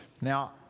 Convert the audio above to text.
Now